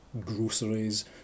groceries